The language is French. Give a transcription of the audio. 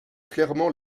clairement